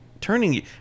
turning